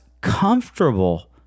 comfortable